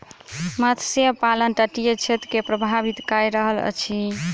मत्स्य पालन तटीय क्षेत्र के प्रभावित कय रहल अछि